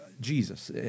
Jesus